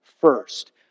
first